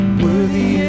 worthy